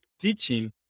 teaching